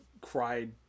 cried